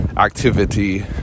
activity